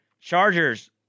Chargers